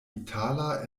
itala